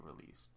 released